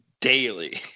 daily